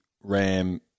Ram